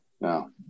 No